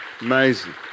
Amazing